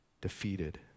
defeated